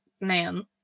man